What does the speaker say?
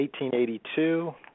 1882